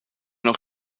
noch